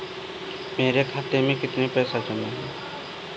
मेरे खाता में कितनी पैसे जमा हैं?